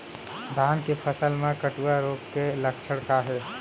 धान के फसल मा कटुआ रोग के लक्षण का हे?